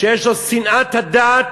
שיש לו שנאת הדת,